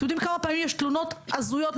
אתם יודעים כמה פעמים יש תלונות הזויות,